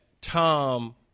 Tom